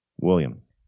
Williams